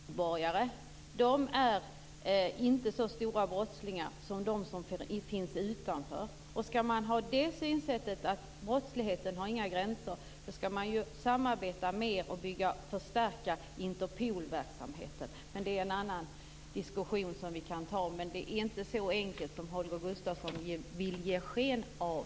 Fru talman! Det brukar heta i argumentationen att brottsligheten inte har några gränser. Nej, det har den inte. Det kan jag hålla med om. Men i det här samarbetet verkar det som om alla EU-medborgare inte är så stora brottslingar som de som finns utanför. Skall man ha synsättet att brottsligheten inte har några gränser skall man ju samarbeta med och förstärka Interpols verksamhet. Men det är en diskussion som vi kan ta en annan gång. Men det är inte så enkelt som Holger Gustafsson vill ge sken av.